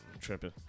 Tripping